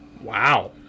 wow